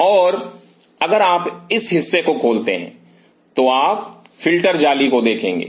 और अगर आप इस हिस्से को खोलते हैं तो आप फिल्टर जाली देखेंगे